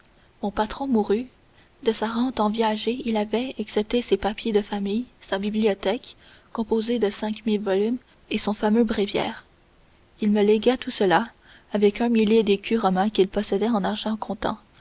mon patron mourut de sa rente en viager il avait excepté ses papiers de famille sa bibliothèque composée de cinq mille volumes et son fameux bréviaire il me légua tout cela avec un millier d'écus romains qu'il possédait en argent comptant